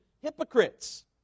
hypocrites